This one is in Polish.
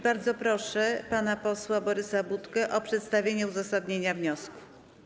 Bardzo proszę pana posła Borysa Budkę o przedstawienie uzasadnienia wniosku.